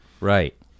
right